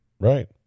Right